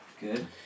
Good